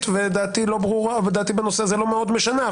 ודעתי לא ברורה ודעתי בנושא הזה לא מאוד משנה.